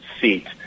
seat